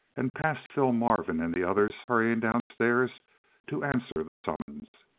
and passed phil marvin and the others hurrying downstairs to answer the summons.